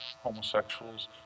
homosexuals